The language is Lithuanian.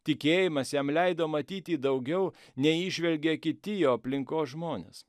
tikėjimas jam leido matyti daugiau nei įžvelgė kiti jo aplinkos žmonės